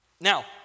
Now